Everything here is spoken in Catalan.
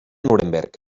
nuremberg